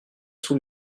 sous